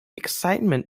excitement